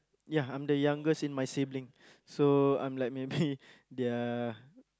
ya I'm the youngest in my sibling so I'm like maybe their